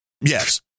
yes